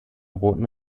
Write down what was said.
roten